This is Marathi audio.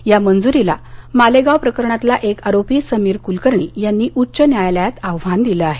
या मंजूरीला मालेगाव प्रकरणातला एक आरोपी समीर कूलकर्णी यांनी उच्च न्यायालयात आव्हान दिलं आहे